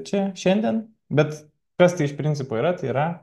čia šiandien bet tas tai iš principo yra tai yra